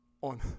on